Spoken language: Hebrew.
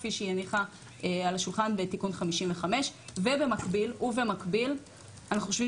כפי שהיא הניחה על השולחן בתיקון 55. במקביל אנחנו חושבים